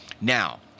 Now